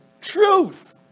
truth